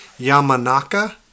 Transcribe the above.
Yamanaka